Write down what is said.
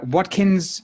Watkins